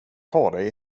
dig